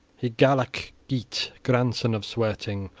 hygelac geat, grandson of swerting,